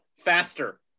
faster